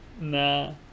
Nah